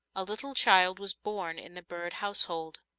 a little child was born in the bird household.